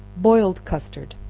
boiled custard.